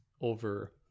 over